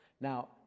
Now